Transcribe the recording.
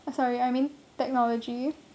eh sorry I mean technology